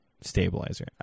Stabilizer